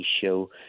show